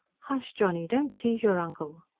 hush, johnny. don't tease your uncle.